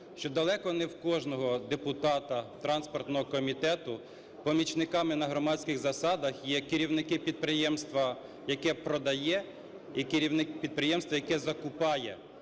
що далеко не в кожного депутата транспортного комітету помічниками на громадських засадах є керівник підприємства, яке продає, і керівник підприємства, яке закупає